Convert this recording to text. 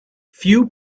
few